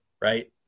right